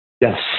yes